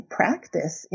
practice